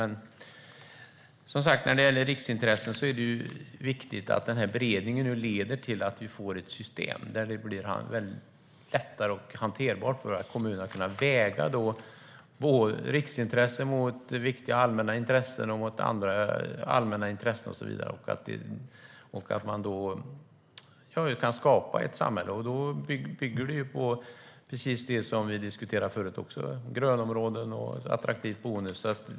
När det gäller riksintressen är det viktigt att beredningen leder till att vi får ett system som gör det lättare och hanterbart för våra kommuner att väga riksintressen mot viktiga allmänna intressen och så vidare. Det handlar om att skapa ett samhälle. Det bygger på vad vi diskuterade tidigare, det vill säga grönområden och attraktivt boende.